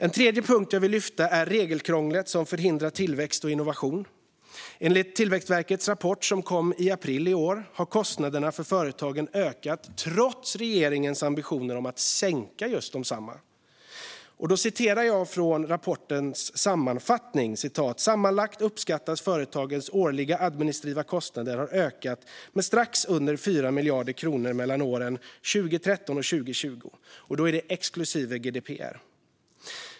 En tredje punkt jag vill ta upp är regelkrånglet som förhindrar tillväxt och innovation. Enligt Tillväxtverkets rapport som kom i april i år har kostnaderna för företagen ökat trots regeringens ambition att sänka desamma. Jag citerar ur rapportens sammanfattning: "Sammanlagt uppskattas företagens årliga administrativa kostnader ha ökat med strax under 4 miljarder kronor mellan åren 2013-2020 ."